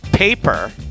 Paper